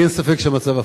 לי אין ספק שהמצב הפוך,